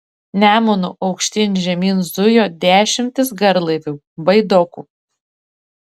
nemunu aukštyn žemyn zujo dešimtys garlaivių baidokų